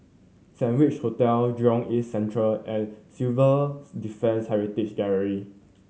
Saint Regi Hotel Jurong East Central and Civils Defence Heritage Gallery